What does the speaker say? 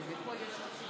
אם אפשר על סן